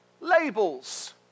Labels